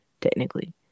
technically